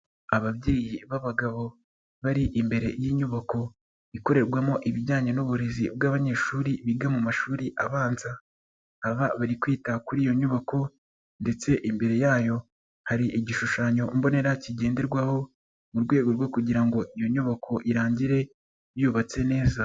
Ababyeyi b'abagabo bari imbere y'inyubako, ikorerwamo ibijyanye n'uburezi bw'abanyeshuri biga mu mashuri abanza ,aba bari kwita kuri iyo nyubako ,ndetse imbere yayo hari igishushanyo mbonera kigenderwaho ,mu rwego rwo kugira ngo iyo nyubako irangire yubatse neza.